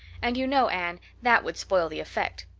and you know, anne, that would spoil the effect.